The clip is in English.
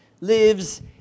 lives